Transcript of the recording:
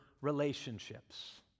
relationships